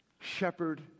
Shepherd